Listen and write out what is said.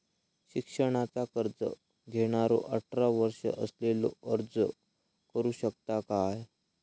शिक्षणाचा कर्ज घेणारो अठरा वर्ष असलेलो अर्ज करू शकता काय?